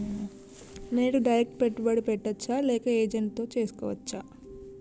నేను డైరెక్ట్ పెట్టుబడి పెట్టచ్చా లేక ఏజెంట్ తో చేస్కోవచ్చా?